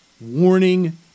warning